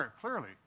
clearly